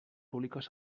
públiques